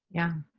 yeah.